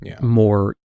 more